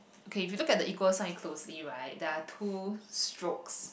okay if you look at the equal sign closely right there are two strokes